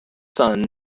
son